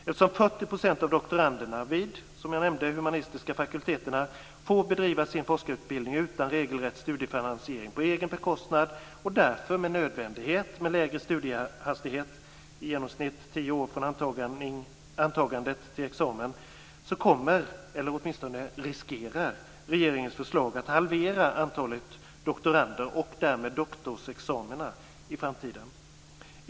Eftersom 40 % av doktoranderna vid, som jag nämnde, de humanistiska fakulteterna får bedriva sin forskarutbildning utan regelrätt studiefinansiering, på egen bekostnad och därför med nödvändighet med lägre studiehastighet - i genomsnitt tio år från antagande till examen - kommer eller åtminstone riskerar regeringens förslag att halvera antalet doktorander och därmed doktorsexamina i framtiden.